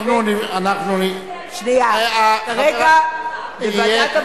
כרגע בוועדת העבודה והרווחה.